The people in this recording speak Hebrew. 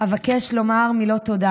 אבקש לומר מילות תודה